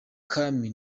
kami